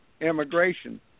immigration